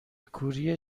کوری